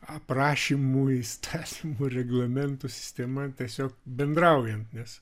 aprašymų įstatymų reglamentų sistema tiesiog bendraujam nes